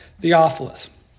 Theophilus